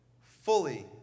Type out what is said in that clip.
fully